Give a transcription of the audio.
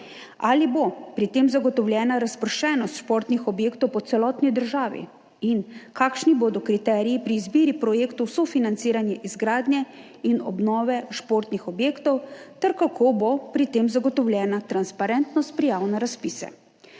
ali bo pri tem zagotovljena razpršenost športnih objektov po celotni državi in kakšni bodo kriteriji pri izbiri projektov sofinanciranja izgradnje in obnove športnih objektov ter kako bo pri tem zagotovljena transparentnost prijav na razpise.